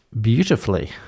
beautifully